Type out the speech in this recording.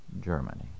Germany